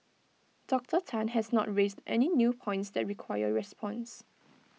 Doctor Tan has not raised any new points that require response